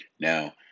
Now